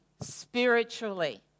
spiritually